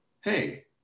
hey